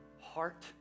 heart